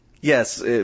Yes